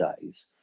days